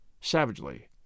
savagely